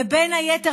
ובין היתר,